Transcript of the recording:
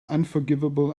unforgivable